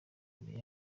imbere